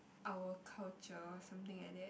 our culture something like that